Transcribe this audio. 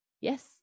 Yes